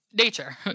Nature